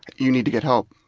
you need to get help.